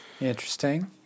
interesting